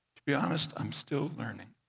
to be honest, i'm still learning.